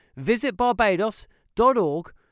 visitbarbados.org